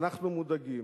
אנחנו מודאגים.